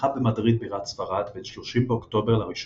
שנערכה במדריד בירת ספרד בין 30 באוקטובר ל-1